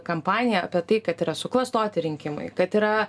kampaniją apie tai kad yra suklastoti rinkimai kad yra